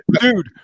Dude